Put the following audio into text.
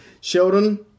Sheldon